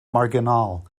marginal